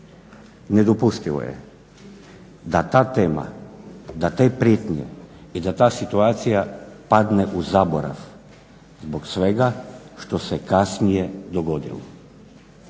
Nedopustivo je da ta tema, da te prijetnje i da ta situacija padne u zaborav zbog svega što se kasnije dogodilo.